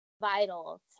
vital